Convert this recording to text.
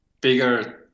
bigger